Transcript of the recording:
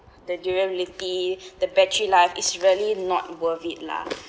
the durability the battery life is really not worth it lah